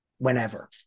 Whenever